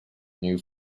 new